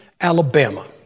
Alabama